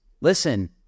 listen